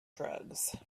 drugs